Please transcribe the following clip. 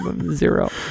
Zero